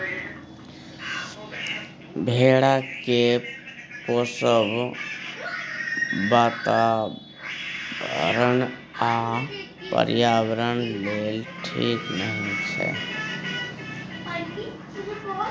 भेड़ा केँ पोसब बाताबरण आ पर्यावरण लेल ठीक नहि छै